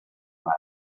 pare